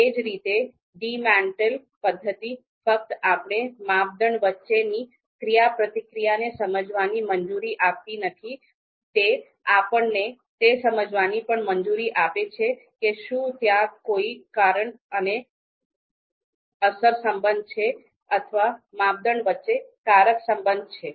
એ જ રીતે DEMATEL પદ્ધતિ ફક્ત આપણે માપદંડ વચ્ચેની ક્રિયાપ્રતિક્રિયાને સમજવાની મંજૂરી આપતી નથી તે આપણને તે સમજવાની પણ મંજૂરી આપે છે કે શું ત્યાં કોઈ કારણ અને અસર સંબંધ છે અથવા માપદંડ વચ્ચે કારક સંબંધ છે